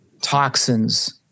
toxins